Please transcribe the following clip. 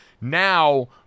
now